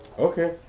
Okay